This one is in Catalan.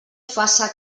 faça